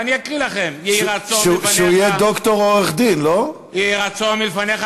אני אקריא לכם: יהי רצון מלפניך,